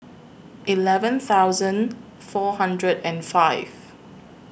eleven thousand four hundred and five